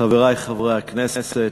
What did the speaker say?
חברי חברי הכנסת,